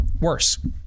Worse